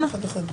תודה רבה.